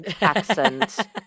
accent